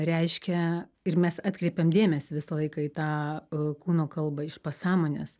reiškia ir mes atkreipėm dėmesį visą laiką į tą kūno kalbą iš pasąmonės